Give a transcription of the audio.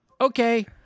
okay